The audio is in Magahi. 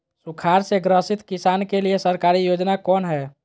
सुखाड़ से ग्रसित किसान के लिए सरकारी योजना कौन हय?